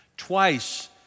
Twice